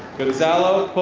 gonzalo.